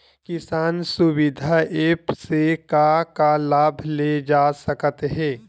किसान सुविधा एप्प से का का लाभ ले जा सकत हे?